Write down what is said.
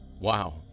Wow